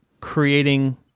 creating